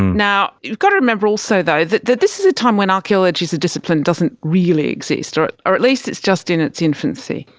now, you got to remember also though that that this is a time when archaeology as a discipline doesn't really exist or at or at least it's just in its infancy.